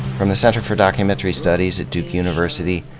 from the center for documentary studies at duke university,